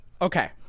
okay